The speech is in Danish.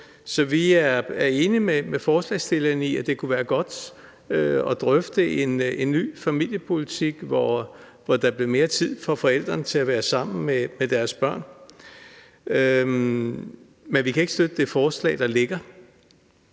så vi er enige med forslagsstillerne i, at det kunne være godt at drøfte en ny familiepolitik, hvor der blev mere tid for forældrene til at være sammen med deres børn, men vi kan ikke støtte det forslag, der ligger